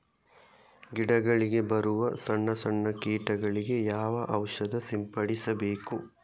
ಗಿಡಗಳಿಗೆ ಬರುವ ಸಣ್ಣ ಸಣ್ಣ ಕೀಟಗಳಿಗೆ ಯಾವ ಔಷಧ ಸಿಂಪಡಿಸಬೇಕು?